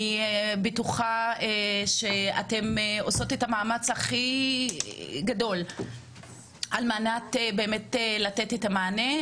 אני בטוחה שאתן עושות את המאמץ הכי גדול על מנת באמת לתת את המענה,